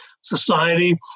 society